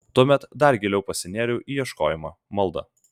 tuomet dar giliau pasinėriau į ieškojimą maldą